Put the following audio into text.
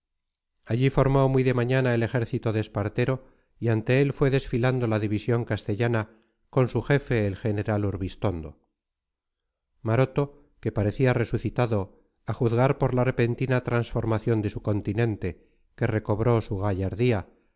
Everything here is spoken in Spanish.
allí formó muy de mañana el ejército de espartero y ante él fue desfilando la división castellana con su jefe el general urbistondo maroto que parecía resucitado a juzgar por la repentina transformación de su continente que recobró su gallardía